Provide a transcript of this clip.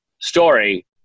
story